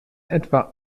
etwa